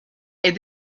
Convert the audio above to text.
est